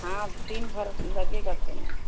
हाँ तीन भर लगेगा सोना